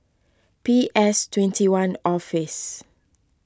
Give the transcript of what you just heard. P S twenty one Office